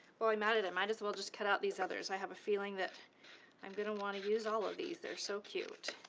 while i'm at it, i might as well just cut out these others. i have a feeling that i'm gonna want to use all of these they're so cute.